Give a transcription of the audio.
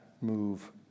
move